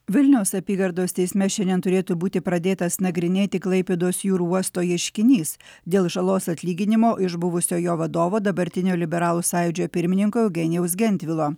vilniaus apygardos teisme šiandien turėtų būti pradėtas nagrinėti klaipėdos jūrų uosto ieškinys dėl žalos atlyginimo iš buvusio jo vadovo dabartinio liberalų sąjūdžio pirmininko eugenijaus gentvilo